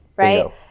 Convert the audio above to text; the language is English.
Right